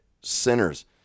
sinners